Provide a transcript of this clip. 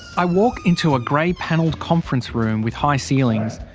i walk into a grey panelled conference room with high ceilings.